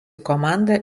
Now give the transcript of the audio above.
komanda